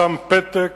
שם פתק